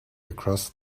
across